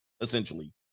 essentially